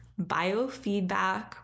biofeedback